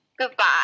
Goodbye